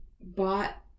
bought